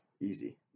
Easy